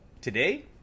Today